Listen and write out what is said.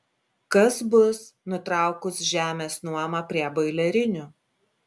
kas bus nutraukus žemės nuomą prie boilerinių